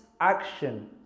action